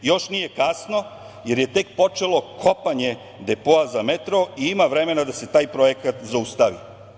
Još nije kasno jer je tek počelo kopanje Depoa za metro i ima vremena da se taj projekat zaustavi“